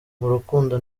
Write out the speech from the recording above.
rukundo